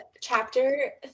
chapter